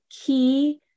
key